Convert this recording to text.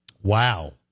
Wow